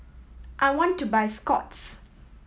I want to buy Scott's